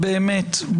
באמת,